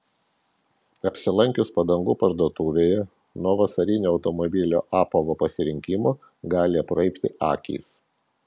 apsilankius padangų parduotuvėje nuo vasarinio automobilio apavo pasirinkimo gali apraibti akys